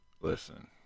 listen